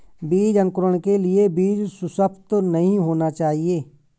बीज अंकुरण के लिए बीज सुसप्त नहीं होना चाहिए